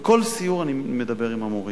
בכל סיור אני מדבר עם המורים.